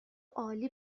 عالی